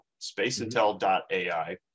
spaceintel.ai